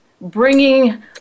bringing